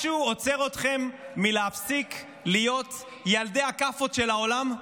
משהו עוצר אתכם מלהפסיק להיות ילדי הכאפות של העולם?